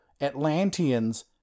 Atlanteans